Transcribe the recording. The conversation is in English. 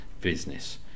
business